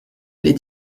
les